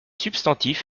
substantifs